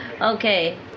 Okay